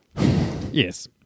Yes